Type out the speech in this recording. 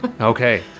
Okay